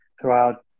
throughout